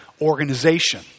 organization